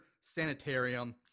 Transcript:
Sanitarium